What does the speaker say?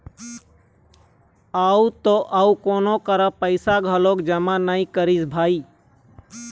अउ त अउ कोनो करा पइसा घलोक जमा नइ करिस भई